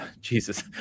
jesus